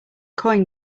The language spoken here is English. coin